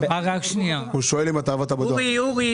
אין ספק שאי-מיילים, אינטרנט,